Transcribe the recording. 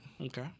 Okay